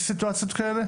האם יש סיטואציות כאלו?